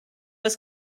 was